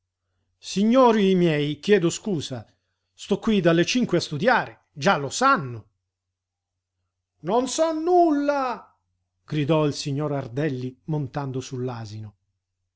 signori miei chiedo chiusa sto qui dalle cinque a studiare già lo sanno non so nulla gridò il signor ardelli montando